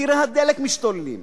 מחירי הדלק משתוללים,